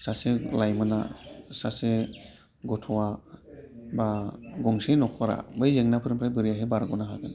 सासे लाइमोना सासे गथ'आ बा गंसे न'खरा बै जेंनाफोरनिफ्राय बोरैहाय बारग'नो हागोन